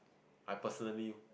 I personally